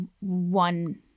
one